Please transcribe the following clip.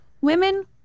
women